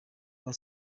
kuba